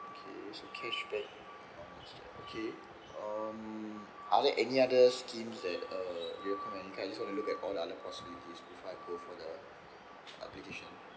okay so cashback okay um are there any other schemes that uh I just wanna look at all the other possibilities before I go for the application